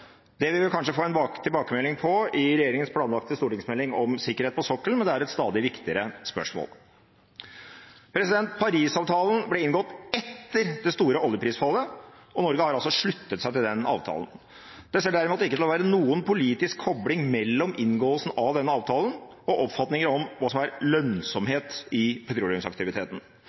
vil vi kanskje få en tilbakemelding på i regjeringens planlagte stortingsmelding om sikkerhet på sokkelen, men det er et stadig viktigere spørsmål. Paris-avtalen ble inngått etter det store oljeprisfallet, og Norge har altså sluttet seg til den avtalen. Det ser derimot ikke ut til å være noen politisk kobling mellom inngåelsen av denne avtalen og oppfatninger om av hva som er lønnsomhet i petroleumsaktiviteten.